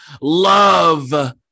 Love